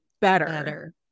better